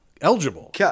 eligible